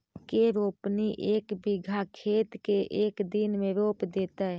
के रोपनी एक बिघा खेत के एक दिन में रोप देतै?